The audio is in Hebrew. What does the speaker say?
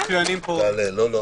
לא.